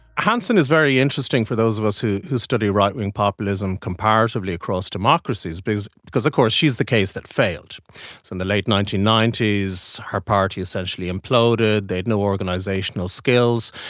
hanson is very interesting for those of us who who study right-wing populism comparatively across democracies because because of course she is the case that failed. so in the late nineteen ninety s her party essentially imploded, they had no organisational skills.